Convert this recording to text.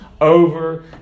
over